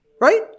Right